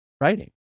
writing